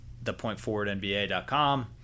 ThePointForwardNBA.com